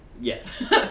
Yes